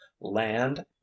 land